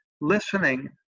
Listening